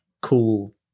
cool